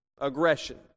aggression